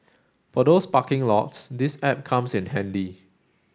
for those parking lots this app comes in handy